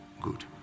Good